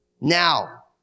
Now